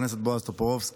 חבר הכנסת בועז טופורובסקי,